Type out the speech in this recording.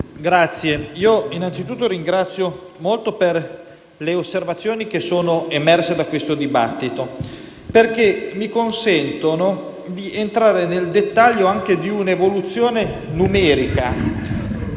Presidente, innanzitutto ringrazio molto per le osservazioni emerse da questo dibattito perché mi consentono di entrare nel dettaglio anche di un'evoluzione numerica